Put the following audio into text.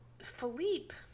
philippe